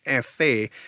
FA